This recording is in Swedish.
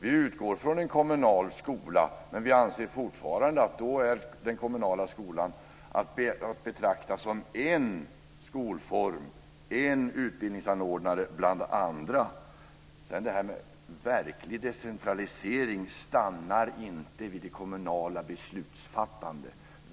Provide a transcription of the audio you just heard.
Vi utgår från en kommunal skola men anser fortfarande att den kommunala skolan då är att betrakta som en skolform och en utbildningsanordnare bland andra. Verklig decentralisering stannar inte vid det kommunala beslutsfattandet.